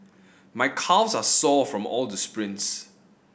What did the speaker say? my calves are sore from all the sprints